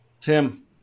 Tim